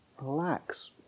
Relax